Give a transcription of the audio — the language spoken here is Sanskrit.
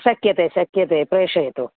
शक्यते शक्यते प्रेषयतु